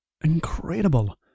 Incredible